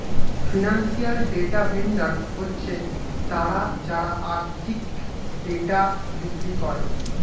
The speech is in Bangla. ফিনান্সিয়াল ডেটা ভেন্ডর হচ্ছে তারা যারা আর্থিক ডেটা বিক্রি করে